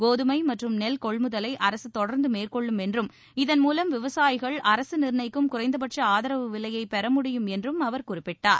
கோதுமை மற்றும் நெல் கொள்முதலை அரசு தொடர்ந்து மேற்கொள்ளும் என்றும் இதன் மூலம் விவசாயிகள் அரசு நீர்ணயிக்கும் குறைந்தபட்ச ஆதரவு விலையை பெற முடியும் என்றும் அவர் குறிப்பிட்டார்